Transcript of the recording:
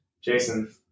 Jason